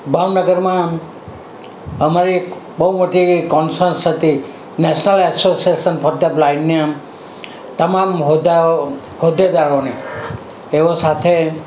ભાવનગરમાં અમારી એક બહુ મોટી કોન્ફરન્સ હતી નેશનલ અસોસેસન ફોર ધ ગ્લાઈડનિયમ તમામ હોદ્દાઓ હોદ્દેદારોને એવો સાથે